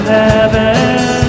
heaven